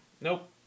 Nope